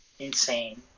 Insane